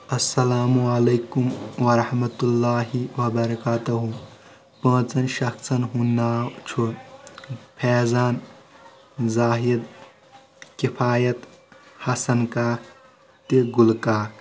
السلام علیکم ورحمتہ اللہ وبرکاتہُ پانٛژن شخصن ہُنٛد ناو چھُ فیضان زاہد کِفایت حسن کاک تہِ گُلہٕ کاک